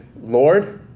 Lord